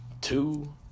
two